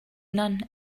none